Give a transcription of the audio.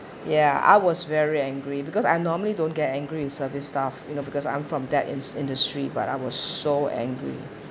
ya I was very angry because I normally don't get angry with service staff you know because I'm from that ins~ industry but I was so angry